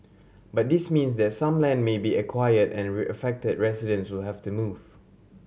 but this means that some land may be acquired and affected residents will have to move